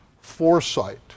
foresight